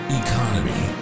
economy